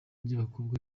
ry’abakobwa